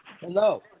hello